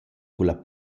culla